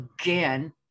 again